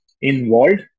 involved